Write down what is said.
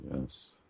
Yes